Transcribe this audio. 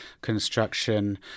construction